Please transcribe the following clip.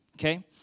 Okay